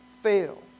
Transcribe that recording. Fail